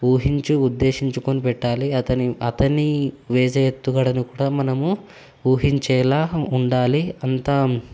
ఊహించి ఉద్దేశించుకుని పెట్టాలి అతని అతని వేసే ఎత్తుగడను కూడా మనం ఊహించేలాగా ఉండాలి అంత